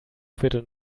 viertel